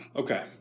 Okay